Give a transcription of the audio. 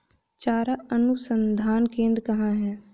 चारा अनुसंधान केंद्र कहाँ है?